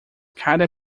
cada